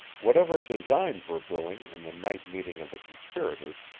whatever designs were brewing in the night-meeting of the conspirators,